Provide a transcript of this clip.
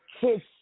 kids